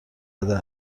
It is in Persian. زده